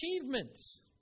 achievements